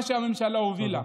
מה שהממשלה הובילה.